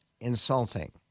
insulting